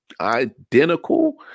identical